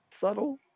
subtle